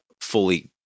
fully